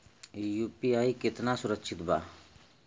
UPI कितना सुरक्षित बा?